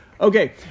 Okay